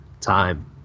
time